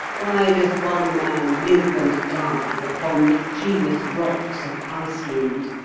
why does one man live and die upon the treeless rocks of iceland,